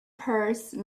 purse